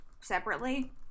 separately